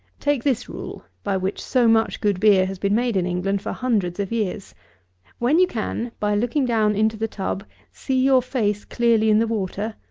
take this rule, by which so much good beer has been made in england for hundreds of years when you can, by looking down into the tub, see your face clearly in the water,